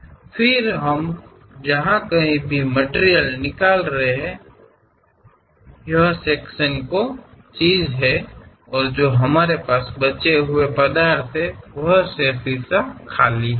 ನಂತರ ನಾವು ಎಲ್ಲಿ ತೆಗೆದುಹಾಕುತ್ತಿದ್ದರೂ ಈ ವಿಭಾಗೀಯ ವಸ್ತುಗಳು ನಮ್ಮಲ್ಲಿ ಉಳಿದಿರುವ ವಸ್ತುಗಳು ಇವೆ ಉಳಿದ ಭಾಗವು ಖಾಲಿಯಾಗಿದೆ